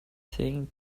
thing